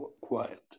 quiet